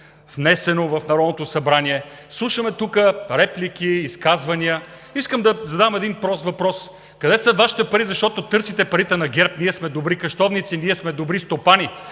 внесено в Народното събрание, слушаме тук реплики, изказвания. Искам да задам един прост въпрос: къде са Вашите пари, защото търсите парите на ГЕРБ? Ние сме добри къщовници, ние сме добри стопани,